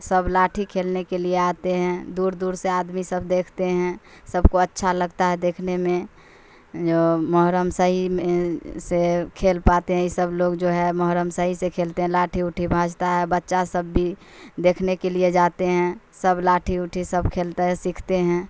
سب لاٹھی کھیلنے کے لیے آتے ہیں دور دور سے آدمی سب دیکھتے ہیں سب کو اچھا لگتا ہے دیکھنے میں جو محرم صحیح میں سے کھیل پاتے ہیں یہ سب لوگ جو ہے محرم صحیح سے کھیلتے ہیں لاٹھی اوٹھی بھانجتا ہے بچہ سب بھی دیکھنے کے لیے جاتے ہیں سب لاٹھی اوٹھی سب کھیلتا ہے سیکھتے ہیں